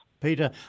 Peter